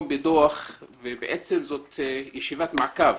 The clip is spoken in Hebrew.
בדוח מבקר המדינה - בעצם זאת ישיבת מעקב